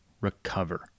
recover